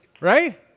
Right